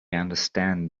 understand